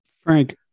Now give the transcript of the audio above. Frank